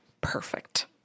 perfect